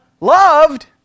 loved